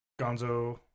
Gonzo